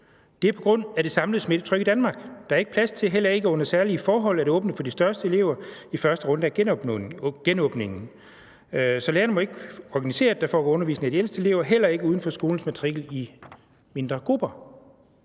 »Det er på grund af det samlede smittetryk i Danmark. Der er ikke plads til – heller ikke under særlige forhold – at åbne for de største elever i den første runde af genåbningen (...) Så lærerne må ikke organisere, at der foregår undervisning af de ældste elever. Heller ikke uden for skolens matrikel i mindre grupper.«